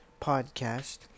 podcast